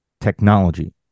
technology